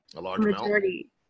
majority